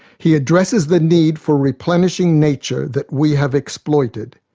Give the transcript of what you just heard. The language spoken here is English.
he addresses the need for replenishing nature that we have exploited.